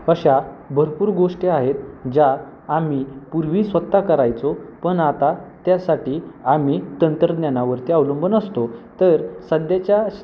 अशा भरपूर गोष्टी आहेत ज्या आम्ही पूर्वी स्वतः करायचो पण आता त्यासाठी आम्ही तंत्रज्ञानावरती अवलंबून असतो तर सध्याच्या